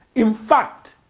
in fact,